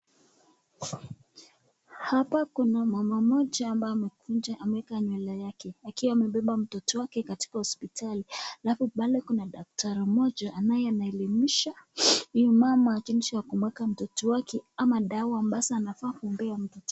Hapa kuna mama mmoja ambaye amekunja ameeka nywele yake, akiwa amebeba mtoto wake katika hospitali. Alafu pale kuna daktari mmoja ambaye anaelimisha huyu mama jinsi ya kumueka mtoto wake ama dawa ambazo anafaa kumpea mtoto.